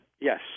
yes